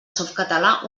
softcatalà